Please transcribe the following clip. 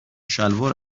شلوار